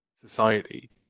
society